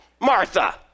Martha